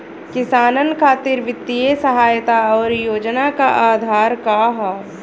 किसानन खातिर वित्तीय सहायता और योजना क आधार का ह?